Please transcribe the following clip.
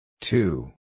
two